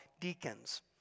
deacons